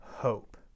hope